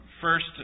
first